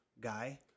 Guy